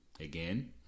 Again